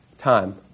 Time